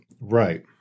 right